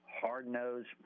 hard-nosed